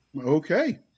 Okay